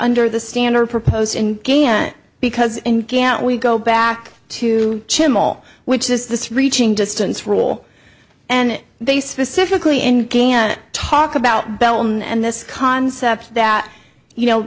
under the standard proposed and again because in can't we go back to channel which is this reaching distance rule and they specifically in ghana talk about bellman and this concept that you know